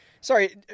sorry